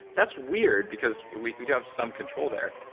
that's weird because we we do have some control there.